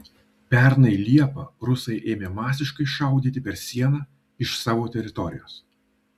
pernai liepą rusai ėmė masiškai šaudyti per sieną iš savo teritorijos